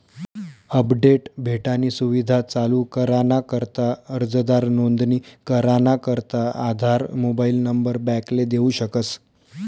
update भेटानी सुविधा चालू कराना करता अर्जदार नोंदणी कराना करता आधार मोबाईल नंबर बॅकले देऊ शकस